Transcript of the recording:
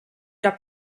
era